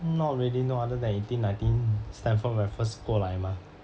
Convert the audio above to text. not really no other than eighteen nineteen stamford raffles 过来 mah